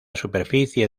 superficie